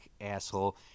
asshole